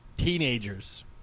Teenagers